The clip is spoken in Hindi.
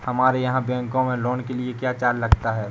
हमारे यहाँ बैंकों में लोन के लिए क्या चार्ज लगता है?